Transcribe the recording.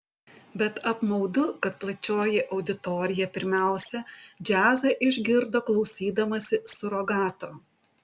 bet apmaudu kad plačioji auditorija pirmiausia džiazą išgirdo klausydamasi surogato